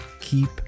keep